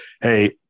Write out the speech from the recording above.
hey